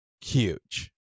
huge